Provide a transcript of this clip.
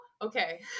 okay